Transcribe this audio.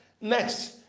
Next